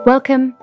Welcome